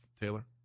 Taylor